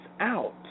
out